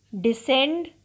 Descend